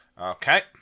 Okay